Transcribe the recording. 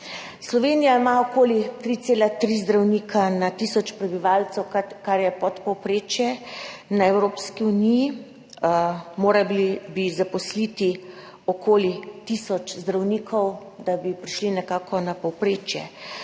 Slovenija ima okoli 3,3 zdravnika na tisoč prebivalcev, kar je pod povprečjem Evropske unije. Morali bi zaposliti okoli tisoč zdravnikov, da bi prišli nekako na povprečje.